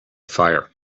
fire